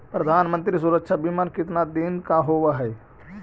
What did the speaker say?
प्रधानमंत्री मंत्री सुरक्षा बिमा कितना दिन का होबय है?